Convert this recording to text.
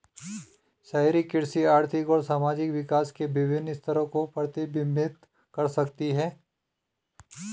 शहरी कृषि आर्थिक और सामाजिक विकास के विभिन्न स्तरों को प्रतिबिंबित कर सकती है